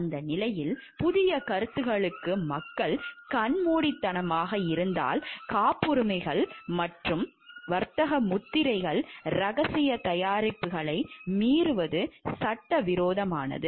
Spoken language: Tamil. அந்த நிலையில் புதிய கருத்துக்களுக்கு மக்கள் கண்மூடித்தனமாக இருந்தால் காப்புரிமைகள் அல்லது வர்த்தக முத்திரைகள் இரகசிய தயாரிப்புகளை மீறுவது சட்டவிரோதமானது